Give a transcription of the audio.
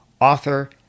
author